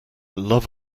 love